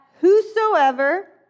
whosoever